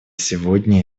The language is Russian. сегодня